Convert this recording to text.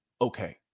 okay